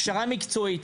הכשרה מקצועית.